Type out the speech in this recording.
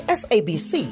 s-a-b-c